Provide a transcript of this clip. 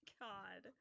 god